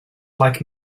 like